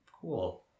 cool